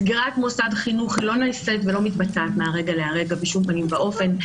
סגירת מוסד חינוך לא נעשית ולא מתבצעת מהרגע להרגע בשום פנים ואופן,